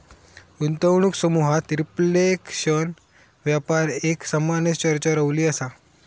गुंतवणूक समुहात रिफ्लेशन व्यापार एक सामान्य चर्चा रवली असा